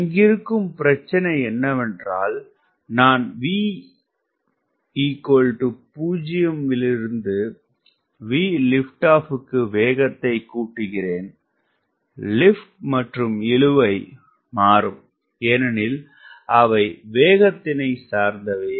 இங்கிருக்கும் பிரச்சனை என்னவென்றால் நான் V0 விலிருந்து VLO கு வேகத்தைக் கூட்டுகிறேன் லிப்ட் மற்றும் இழுவை மாறும் ஏனெனில் அவை வேகத்தினை சார்ந்தவையே